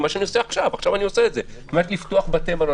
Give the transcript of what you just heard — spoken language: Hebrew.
מה שאני עושה עכשיו עכשיו אני עושה את זה על מנת לפתוח בתי מלון.